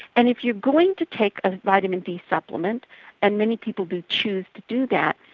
and if you're going to take a vitamin d supplement and many people do choose to do that,